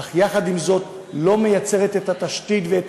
אך יחד עם זאת היא לא מייצרת את התשתית ואת